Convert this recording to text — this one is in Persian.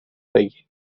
بگیر